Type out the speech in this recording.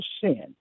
sin